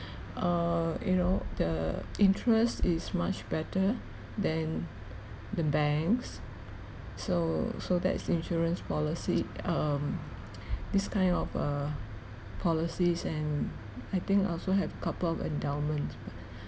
err you know the interest is much better than the banks so so that is insurance policy um these kind of uh policies and I think I also have couple endowment but